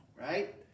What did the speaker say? right